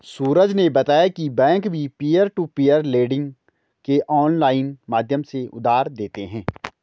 सूरज ने बताया की बैंक भी पियर टू पियर लेडिंग के ऑनलाइन माध्यम से उधार देते हैं